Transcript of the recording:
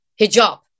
hijab